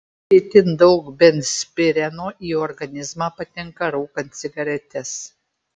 itin daug benzpireno į organizmą patenka rūkant cigaretes